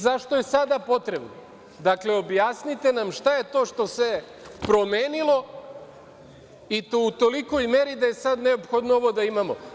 Zašto je sada potrebno, dakle, objasnite nam šta je to što se promenilo i to u tolikoj meri da je sada neophodno ovo da imamo?